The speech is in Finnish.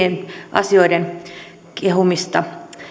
asioiden kehumista